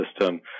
system